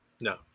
No